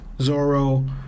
Zoro